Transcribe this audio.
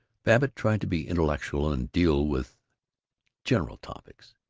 babbitt tried to be intellectual and deal with general topics.